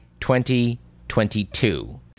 2022